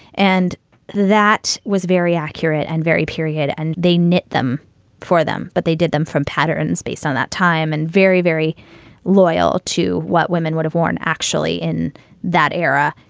and that was very accurate and very period. and they knit them for them, but they did them from patterns based on that time and very, very loyal to what women would have worn actually in that era.